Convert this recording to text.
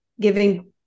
giving